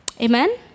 Amen